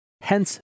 hence